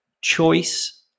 choice